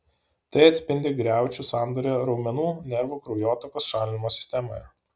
tai atsispindi griaučių sandaroje raumenų nervų kraujotakos šalinimo sistemoje